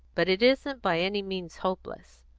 but it isn't by any means hopeless.